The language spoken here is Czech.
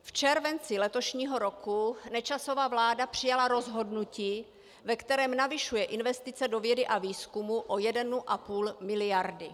V červenci letošního roku Nečasova vláda přijala rozhodnutí, ve kterém navyšuje investice do vědy a výzkumu o 1,5 mld.